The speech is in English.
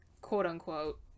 quote-unquote